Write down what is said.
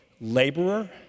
laborer